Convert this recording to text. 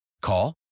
Call